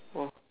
oh